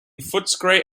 footscray